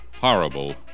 Horrible